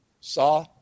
saw